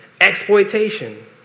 Exploitation